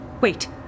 Wait